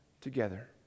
together